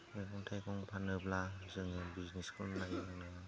मैगं थाइगं फाननाबो आरो मोजाङै बिजनेस खालामनो हायो